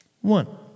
one